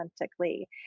authentically